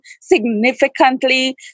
significantly